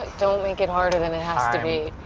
don't make it harder than it has to be.